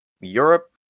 Europe